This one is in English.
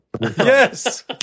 Yes